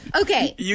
Okay